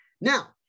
Now